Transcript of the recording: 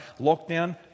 Lockdown